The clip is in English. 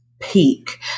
peak